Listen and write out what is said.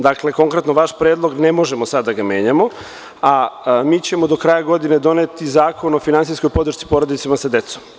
Dakle, konkretno vaš predlog, ne možemo sada da ga menjamo, a mi ćemo do kraja godine doneti zakon o finansijskoj podršci porodicama sa decom.